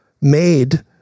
made